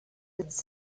its